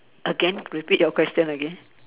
again repeat your question again